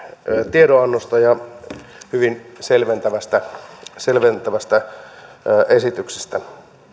tiedonannosta ja hyvin selventävästä selventävästä esityksestä